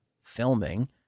filming